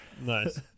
Nice